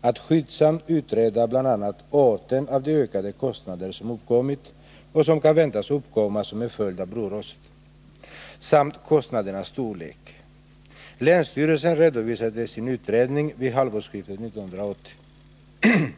att skyndsamt utreda bl.a. arten av de ökade kostnader som uppkommit och som kan väntas uppkomma som en följd av broraset samt kostnadernas storlek. Länsstyrelsen redovisade sin utredning vid halvårsskiftet 1980.